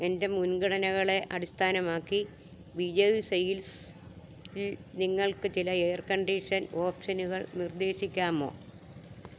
എൻ്റെ മുൻഗണനകളെ അടിസ്ഥാനമാക്കി വിജയ് സെയിൽസ്ഇൽ നിങ്ങൾക്ക് ചില എയർ കണ്ടീഷൻ ഓപ്ഷനുകൾ നിർദ്ദേശിക്കാമോ